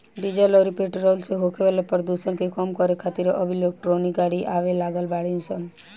diesel अउरी petrol से होखे वाला प्रदुषण के कम करे खातिर अब इलेक्ट्रिक गाड़ी आवे लागल बाड़ी सन